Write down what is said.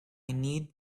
need